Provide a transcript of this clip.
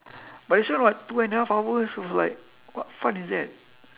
but this one what two and a half hours was like what fun is that